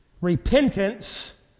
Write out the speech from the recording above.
Repentance